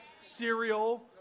cereal